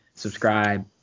subscribe